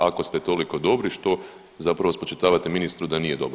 Ako ste toliko dobri, što zapravo spočitavate ministru, da nije dobar.